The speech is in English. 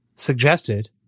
suggested